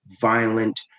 violent